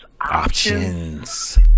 options